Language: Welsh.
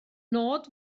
nod